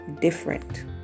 different